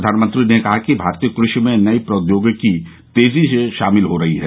प्रधानमंत्री ने कहा कि भारतीय कृषि में नई प्रौद्योगिकी तेजी से शामिल हो रही है